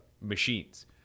machines